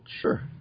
sure